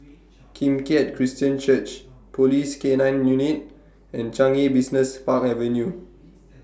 Kim Keat Christian Church Police K nine Unit and Changi Business Park Avenue